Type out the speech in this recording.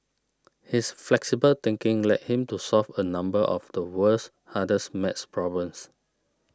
his flexible thinking led him to solve a number of the world's hardest math problems